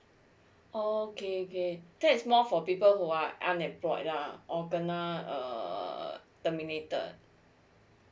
oh okay okay that's more for people who are unemployed lah or kind ah terminated